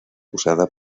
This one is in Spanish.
usada